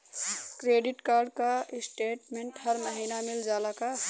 Credit card क statement हर महिना मिल जाला का?